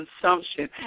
consumption